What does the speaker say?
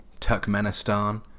Turkmenistan